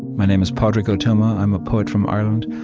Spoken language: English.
my name is padraig o tuama. i'm a poet from ireland.